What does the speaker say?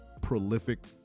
prolific